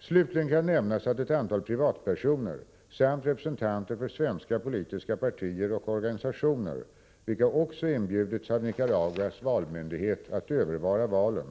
Slutligen kan nämnas att ett antal privatpersoner samt representanter för svenska politiska partier och organisationer, vilka också inbjudits av Nicaraguas valmyndighet att övervara valen,